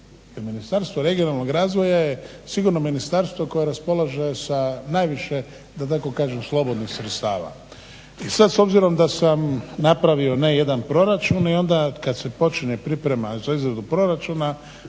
Ministarstvo regionalnog razvoja je sigurno ministarstvo koje raspolaže sa najviše da tako kažem slobodnih sredstava. I sad s obzirom da sam napravio ne jedan proračun i onda kad se počne priprema za izradu proračuna,